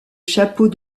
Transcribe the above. chapeau